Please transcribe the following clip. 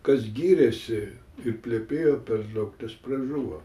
kas gyrėsi ir plepėjo per daug tas pražuvo